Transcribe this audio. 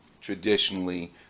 Traditionally